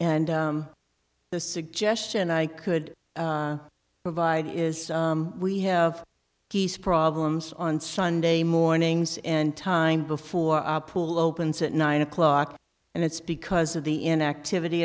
and the suggestion i could provide is we have problems on sunday mornings and time before our pool opens at nine o'clock and it's because of the inactivity